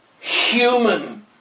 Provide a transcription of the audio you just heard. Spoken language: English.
human